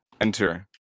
enter